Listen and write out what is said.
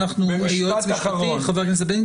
בזבזת את הכרטיסייה שלך להיום.